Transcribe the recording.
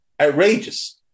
outrageous